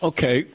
Okay